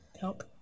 help